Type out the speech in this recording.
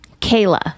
Kayla